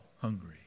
hungry